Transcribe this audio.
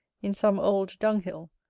in some old dunghill,